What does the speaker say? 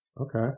Okay